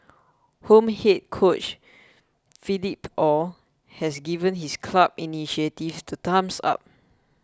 home head coach Philippe Ow has given his club's initiative the thumbs up